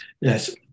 Yes